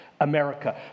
America